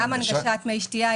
גם הנגשת מי שתייה.